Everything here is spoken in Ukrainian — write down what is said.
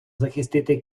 захистити